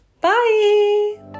bye